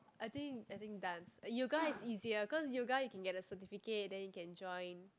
I think I think dance yoga is easier cause yoga you can get the certificate then you can join